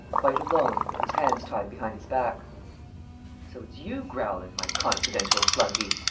quite alone, with his hands tied behind his back so it's you growling, my confidential flunkey?